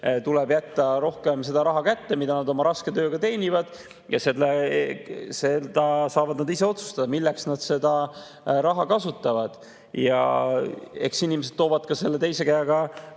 tuleb jätta rohkem raha kätte, mida nad oma raske tööga teenivad, ja seda saavad nad ise otsustada, milleks nad seda raha kasutavad. Eks inimesed toovad teise käega